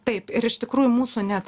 taip ir iš tikrųjų mūsų net